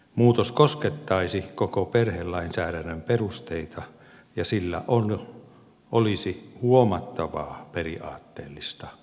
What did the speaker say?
muutos koskettaisi koko perhelainsäädännön perusteita ja sillä olisi huomattavaa periaatteellista merkitystä